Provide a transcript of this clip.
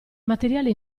materiale